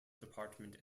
department